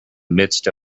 midst